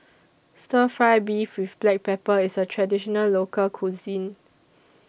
Stir Fry Beef with Black Pepper IS A Traditional Local Cuisine